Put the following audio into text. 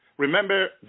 Remember